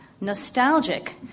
nostalgic